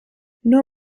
nur